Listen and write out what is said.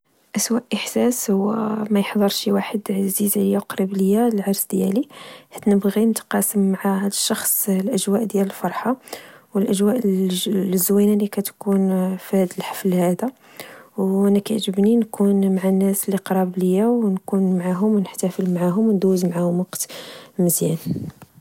أسوأ إحساس هو ميحضرش شواحد عزيز عليا و قريب ليا لعرس ديالي، حيت نبغي نتقاسم معاه هاد الشخص الأجواء ديال الفرحة ، و الأجواء الزوينة لكتكون فهاد الحفل هدا، و أنا كعجبني نكون معا ناس لقراب ليا، ونكون معاهم ونحتفل معاهم وندوز معاهم وقت مزيان